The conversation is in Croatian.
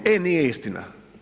E nije istina.